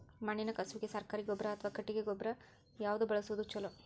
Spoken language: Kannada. ಮಣ್ಣಿನ ಕಸುವಿಗೆ ಸರಕಾರಿ ಗೊಬ್ಬರ ಅಥವಾ ಕೊಟ್ಟಿಗೆ ಗೊಬ್ಬರ ಯಾವ್ದು ಬಳಸುವುದು ಛಲೋ?